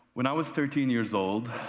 when i was thirteen years old,